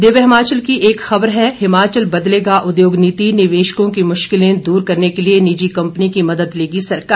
दिव्य हिमाचल की एक खबर है हिमाचल बदलेगा उद्योग नीति निवेशकों की मुश्किलें दूर करने के लिए निजी कंपनी की मदद लेगी सरकार